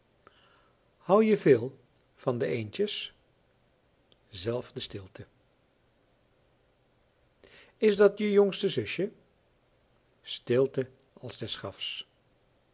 hou je veel van de eendjes zelfde stilte is dat je jongste zusje stilte als des